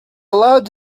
allowed